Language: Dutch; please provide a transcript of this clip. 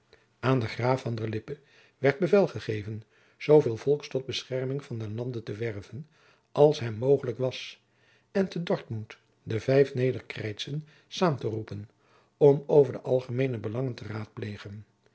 aan den graaf van der lippe werd bevel gegeven zoo veel volks tot bescherming van den lande te werven als hem mogelijk was en te dortmond de vijf nederkreitsen saam te roepen om over de algemeene belangen te raadplegen